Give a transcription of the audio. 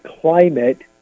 climate